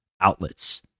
outlets